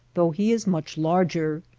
though he is much larger.